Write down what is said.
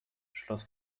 schloss